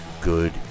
good